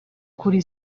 kuri